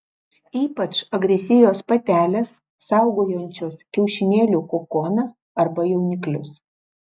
ypač agresyvios patelės saugojančios kiaušinėlių kokoną arba jauniklius